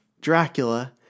Dracula